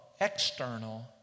external